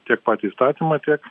tiek patį įstatymą tiek